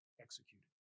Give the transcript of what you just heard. executed